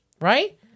right